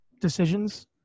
decisions